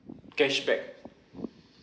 cashback